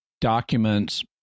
documents